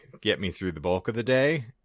get-me-through-the-bulk-of-the-day